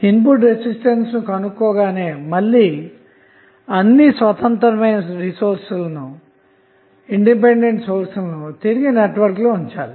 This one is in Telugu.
ఇన్పుట్ రెసిస్టెన్స్ ను కనుగొనగానే మళ్ళీ అన్ని స్వతంత్రమైన రిసోర్స్ లను తిరిగి నెట్వర్క్ లో ఉంచాలి